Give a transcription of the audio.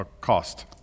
cost